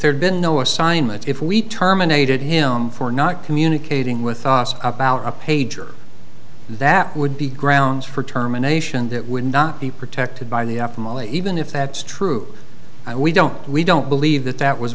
there'd been no assignment if we terminated him for not communicating with us about a pager that would be grounds for terminations that would not be protected by the after mile even if that's true we don't we don't believe that that was